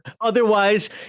Otherwise